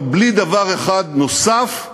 אבל בלי דבר אחד נוסף,